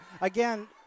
Again